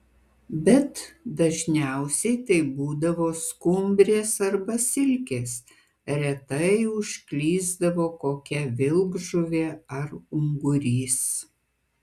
bet dažniausiai tai būdavo skumbrės arba silkės retai užklysdavo kokia vilkžuvė ar ungurys